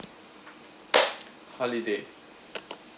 holiday